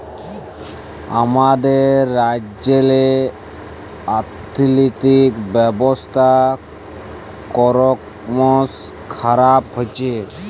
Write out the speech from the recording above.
আমাদের রাজ্যেল্লে আথ্থিক ব্যবস্থা করমশ খারাপ হছে